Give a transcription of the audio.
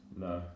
No